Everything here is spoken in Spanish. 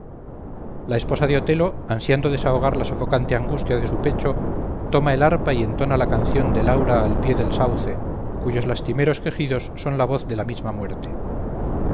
la esposa de otelo ansiando desahogar la sofocante angustia de su pecho toma el arpa y entona la canción de laura al pie del sauce cuyos lastimeros quejidos son la voz de la misma muerte